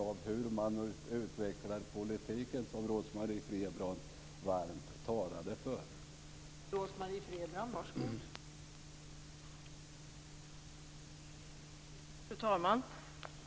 om hur man utvecklar den politik som Rose-Marie Frebran talade varmt för.